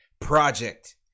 project